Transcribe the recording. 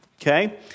okay